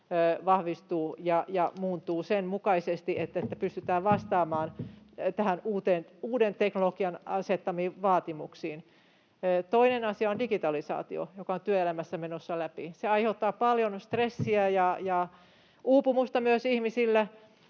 vahvistuu ja muuntuu sen mukaisesti, että pystytään vastaamaan tähän uuden teknologian asettamiin vaatimuksiin. Toinen asia on digitalisaatio, joka on työelämässä menossa läpi. Se aiheuttaa myös paljon stressiä ja uupumusta ihmisille,